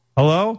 Hello